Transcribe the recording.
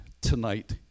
Tonight